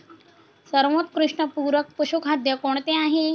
सर्वोत्कृष्ट पूरक पशुखाद्य कोणते आहे?